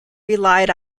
relied